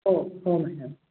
हो हो मॅडम